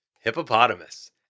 hippopotamus